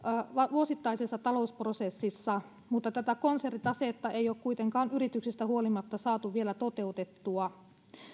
vuosittaisessa talousprosessissa mutta tätä konsernitasetta ei ole kuitenkaan yrityksistä huolimatta saatu vielä toteutettua